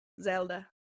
zelda